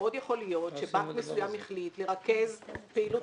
מאוד יכול להיות שבנק מסוים החליט לרכז פעילות